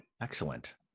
excellent